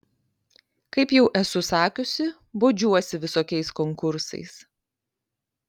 kaip jau esu sakiusi bodžiuosi visokiais konkursais